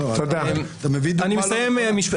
שני משפטים ואני מסיים.